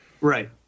right